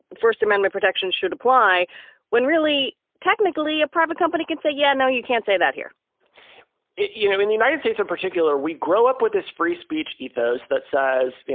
first amendment protections should apply when really technically a private company can say, yeah, no, you can't say that here you know, in the united states in particular, we grow up with this free speech ethos that says, you